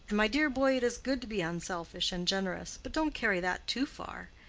my dear boy, it is good to be unselfish and generous but don't carry that too far.